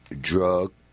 drug